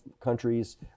countries